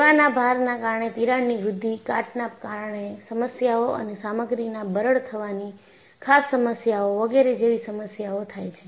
સેવાના ભારના કારણે તિરાડની વૃદ્ધિ કાટના કારણે સમસ્યાઓ અને સામગ્રીના બરડ થવાની ખાસ સમસ્યાઓ વગેરે જેવી સમસ્યાઓ થાય છે